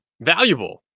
valuable